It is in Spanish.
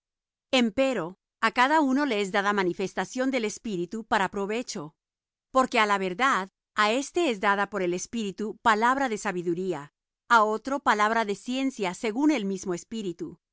todos empero á cada uno le es dada manifestación del espíritu para provecho porque á la verdad á éste es dada por el espíritu palabra de sabiduría á otro palabra de ciencia según el mismo espíritu